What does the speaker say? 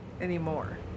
anymore